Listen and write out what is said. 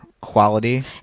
quality